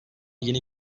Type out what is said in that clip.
yeni